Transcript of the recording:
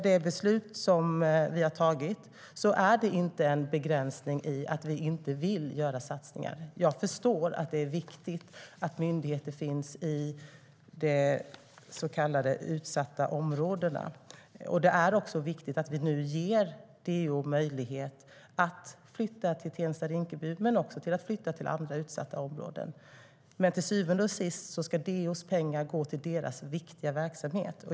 Det beslut som vi har tagit är inte en begränsning genom att vi inte vill göra satsningar. Jag förstår att det är viktigt att myndigheter finns i så kallade utsatta områden. Det är också viktigt att vi nu ger DO möjlighet att flytta till Tensta-Rinkeby men också till andra utsatta områden. Till syvende och sist ska DO:s pengar gå till dess viktiga verksamhet.